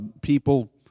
people